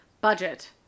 budget